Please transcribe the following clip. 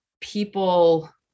people